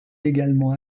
également